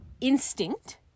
instinct